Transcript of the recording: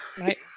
Right